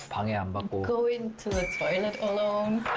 um yeah um but but go into the toilet alone.